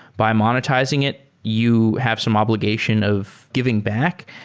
by monetizing it, you have some obligation of giving back.